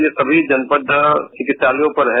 ये सभी जनपद चिकित्सालयों पर हैं